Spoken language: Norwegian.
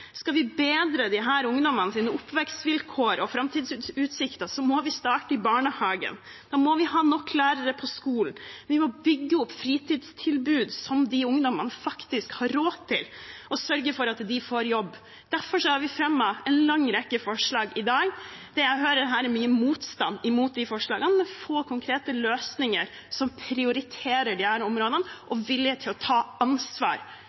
Skal vi bedre disse ungdommenes oppvekstsvilkår og framtidsutsikter, må vi starte i barnehagen, vi må ha nok lærere på skolen, vi må bygge opp fritidstilbud som disse ungdommene faktisk har råd til, og sørge for at de får jobb. Derfor har vi fremmet en lang rekke forslag i dag. Jeg hører her mye motstand mot disse forslagene, men få konkrete løsninger som prioriterer disse områdene og liten vilje til å ta ansvar